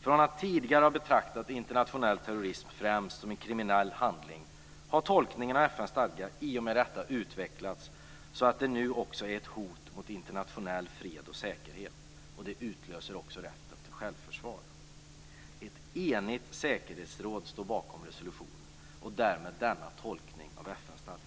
Från att tidigare ha betraktat internationell terrorism främst som en kriminell handling har tolkningen av FN:s stadga i och med detta utvecklats så att det nu också är ett hot mot internationell fred och säkerhet och även utlöser rätten till självförsvar. Ett enigt säkerhetsråd står bakom resolutionen och därmed denna tolkning av FN:s stadga.